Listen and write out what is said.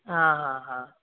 हा हा हा